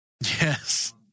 Yes